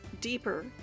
deeper